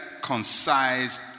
concise